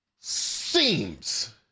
Seems